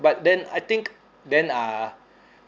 but then I think then uh